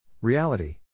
Reality